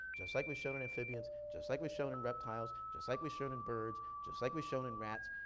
just like we've shown in amphibians, just like we've shown in reptiles, just like we've shown in birds, just like we've shown in rats.